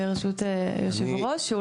ברשות יושב הראש.